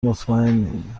مطمئنیم